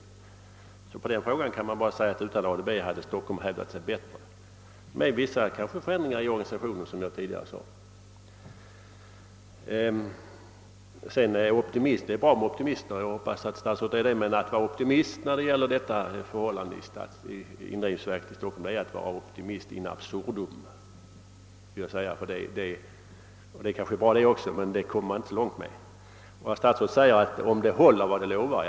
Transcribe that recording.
På statsrådets fråga kan man bara svara att utan ADB hade Stockholm hävdat sig bättre, kanske med vissa förändringar i organisationen, som jag sade tidigare. Det är bra med optimism, men att vara optimist när det gäller detta förhållande inom =:indrivningsverket i Stockholm är att vara optimist in absurdum. Det är kanske bra det också, men det kommer man inte så långt med. »Om det håller vad det lovar», säger statsrådet.